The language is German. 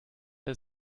der